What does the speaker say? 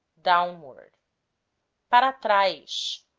downward para traz,